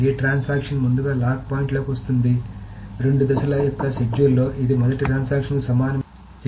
కాబట్టి ఏ ట్రాన్సాక్షన్ ముందుగా లాక్ పాయింట్లోకి వస్తుంది రెండు దశల యొక్క షెడ్యూల్లో ఇది మొదటి ట్రాన్సాక్షన్ కు సమానమైన సీరియల్ షెడ్యూల్